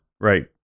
Right